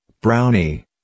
Brownie